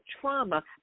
trauma